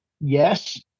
Yes